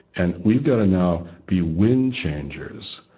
and we've got to now be wind-changers.